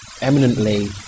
eminently